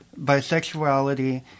bisexuality